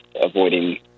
avoiding